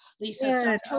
Lisa